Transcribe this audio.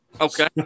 Okay